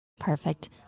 Perfect